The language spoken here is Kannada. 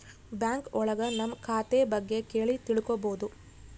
ಬ್ಯಾಂಕ್ ಒಳಗ ನಮ್ ಖಾತೆ ಬಗ್ಗೆ ಕೇಳಿ ತಿಳ್ಕೋಬೋದು